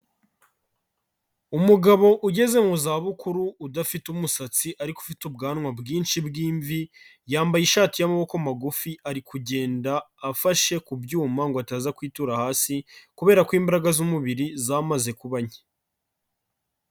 Umugabo ugeze mu zabukuru udafite umusatsi ariko ufite ubwanwa bwinshi bw'imvi, yambaye ishati y'amaboko magufi ari kugenda afashe ku byuma ngo ataza kwitura hasi kubera ko imbaraga z'umubiri zamaze kuba nke.